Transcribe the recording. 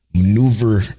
maneuver